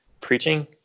preaching